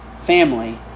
family